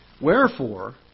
Wherefore